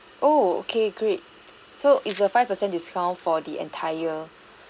oh okay great so it's a five percent discount for the entire